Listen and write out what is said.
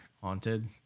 haunted